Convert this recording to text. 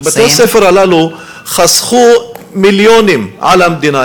אני רוצה להגיד לך שבתי-הספר הללו חסכו מיליונים למדינה.